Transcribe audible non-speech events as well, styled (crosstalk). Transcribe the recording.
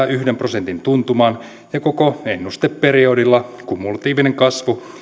(unintelligible) yhden prosentin tuntumaan ja koko ennusteperiodilla kumulatiivinen kasvu